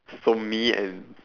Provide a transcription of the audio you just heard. so me and